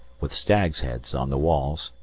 with stags' heads on the walls,